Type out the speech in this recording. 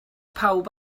pawb